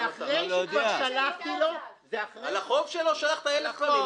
זה אחרי שכבר שלחתי לו --- על החוב שלו שלחת אלף פעמים,